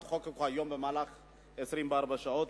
תחוקקו היום תוך 24 שעות,